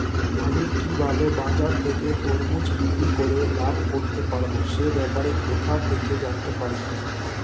আমি কিভাবে বাজার থেকে তরমুজ বিক্রি করে লাভ করতে পারব সে ব্যাপারে কোথা থেকে জানতে পারি?